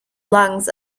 lungs